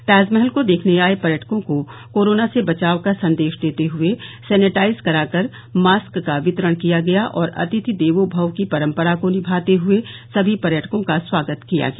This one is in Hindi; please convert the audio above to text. ताजमहल को देखने आये पर्यटकों को कोरोना से बचाव का संदेश देते हुए सैनेटाइज कराकर मास्क का वितरण किया गया और अतिथि देवों भव की परम्परा को निभाते हए सभी पर्यटकों का स्वागत किया गया